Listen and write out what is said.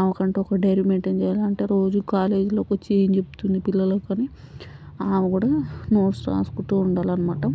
ఆమెకి అంటూ ఒక డైరీ మైన్టైన్ చేయాలంటే రోజూ కాలేజ్లోకి వచ్చి ఏం చెబుతుంది పిల్లలకి అని ఆమె కూడా నోట్స్ రాసుకుంటూ ఉండాలి అన్నమాట